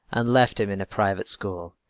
and left him in a private school.